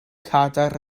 cadair